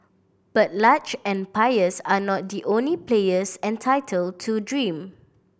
but large empires are not the only players entitled to dream